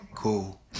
Cool